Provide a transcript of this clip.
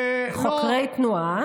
חוקרי תנועה.